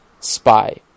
spy